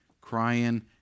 Crying